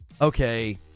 Okay